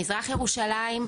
מזרח ירושלים,